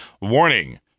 Warning